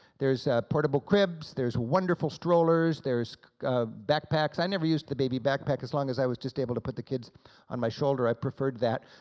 there's a portable crib, there's wonderful strollers, there's backpacks, i never used the baby backpack as long as i was just able to put the kids on my shoulder, i preferred that,